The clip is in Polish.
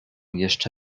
jeszcze